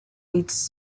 hates